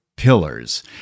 pillars